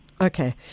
Okay